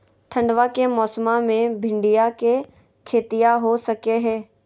ठंडबा के मौसमा मे भिंडया के खेतीया हो सकये है?